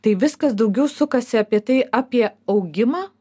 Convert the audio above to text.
tai viskas daugiau sukasi apie tai apie augimą